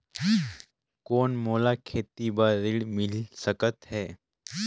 कौन मोला खेती बर ऋण मिल सकत है?